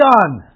done